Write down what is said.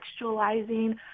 contextualizing